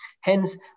hence